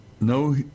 no